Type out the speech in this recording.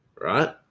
Right